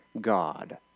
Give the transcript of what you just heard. God